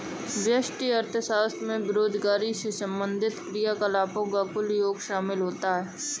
व्यष्टि अर्थशास्त्र में बेरोजगारी से संबंधित क्रियाकलापों का कुल योग शामिल होता है